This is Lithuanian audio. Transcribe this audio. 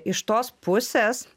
iš tos pusės